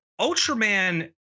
Ultraman